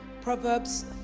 Proverbs